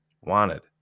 wanted